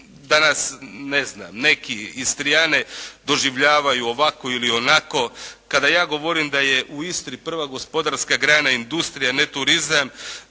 da nas ne znam neki Istriane doživljavaju ovako ili onako. Kada ja govorim da je u Istri prva gospodarska grana industrija a ne turizam,